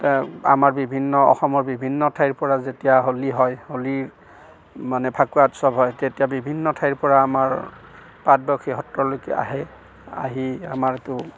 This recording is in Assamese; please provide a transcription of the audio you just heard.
আমাৰ বিভিন্ন অসমৰ বিভিন্ন ঠাইৰ পৰা যেতিয়া হোলী হয় হোলীৰ মানে ফাকুৱা উৎসৱ হয় তেতিয়া বিভিন্ন ঠাই পৰা আপোনাৰ পাটবাউসী সত্ৰলৈকে আহে আহি আমাৰতো